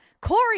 Corey